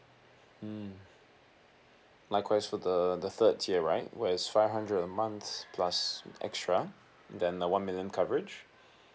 mm for the the third tier right where is five hundred a month plus extra than uh one million coverage